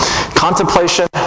Contemplation